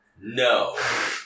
No